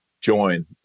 join